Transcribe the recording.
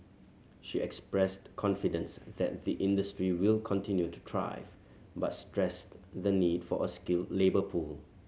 she expressed confidence that the industry will continue to thrive but stressed the need for a skilled labour pool